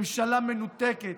ממשלה מנותקת.